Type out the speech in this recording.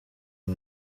uyu